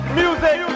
music